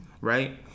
Right